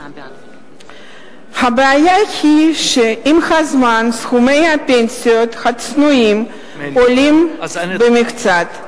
הבעיה היא שעם הזמן סכומי הפנסיות הצנועים עולים במקצת.